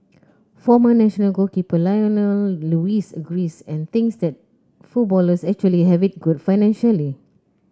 former national goalkeeper Lionel Lewis agrees and thinks that footballers actually have it good financially